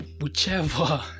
whichever